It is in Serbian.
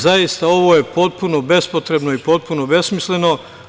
Zaista ovo je potpuno bespotrebno i potpuno besmisleno.